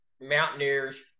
mountaineers